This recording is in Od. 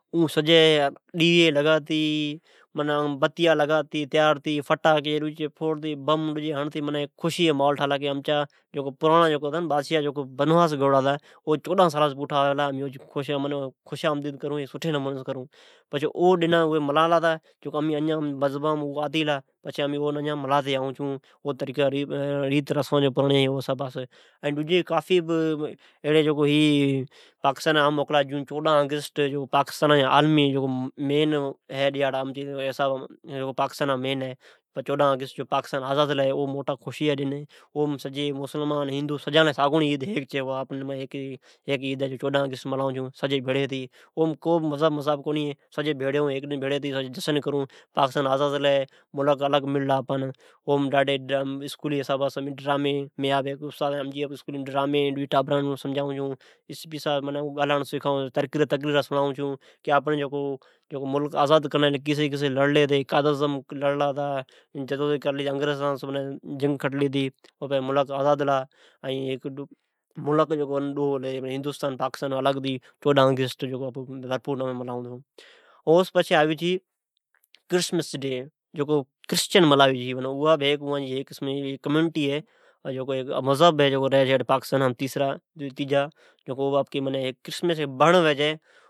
اوسجی ڈنھن لگاتی معنی بتیا لگاتی سگارتی ڈئی باتی فٹاکی فوڑتی بم ھڑتی منعی ھیک خشی جا ماحول ٹھالا ۔کا تو اوان جا پرانڑا بادشاہ آلا اوجی آجیا کرلی جکو چوڈا سالا س پچھی آلا تا اوجی خش آمیدد کری او پچھی او ڈن نہ س امین آپکی مذہبام ملاتی آئو پلی ۔جکو ریٹ رسمان پراڑیااو حساباس ھی ملاتی آئون پلے اوس پچھے قافی ھی پاکستان عام موکلا ھی ۔ پاکستان جو آزاد چوڈا آگیسٹ بی موکل ہے ۔ او پاکستان جا عالمی ڈن ھی او پر پاکستانآزاد ھلی او موٹا خوشی جا ڈن ھی ۔ ہندو ،مسلمان سب بیڑی ھتے ملیو چھون ھیک عید کرتی ۔ او م کو بہ مذھب جی بات کونی ھوی سب ھیک ھتی خشن کرون۔ ملک آزاد ھلا ۔ آپان ملک الگ مل لا ۔ چھون این اسکولا مین آپ ھیک ماستر ھین ڈرامی قومی سوگ تقریرا کرتی سڑئون ملک کڑین کڑہن ملک آزاد کرا لا ، قائد عظم لڑلا ھتا جعدود کر لی جکو انگریزا سان لڑلا ملک آزاد ھلا ڈو ملکم پاکستا ائین ھیدوستان الگ ھلی، او چھی کرشمرش ڈی او بہ کرسچن ملائی چھی جکو پاکستان جی تیجا موٹا مذب رھی پلی اوی بہھیک کمیوٹی ھی آپکے عیدا ملائی چھے۔ ھیک کرشمرش بڑ ھی